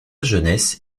jeunesse